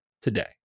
today